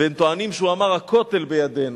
והם טוענים שהוא אמר: "הכותל בידינו".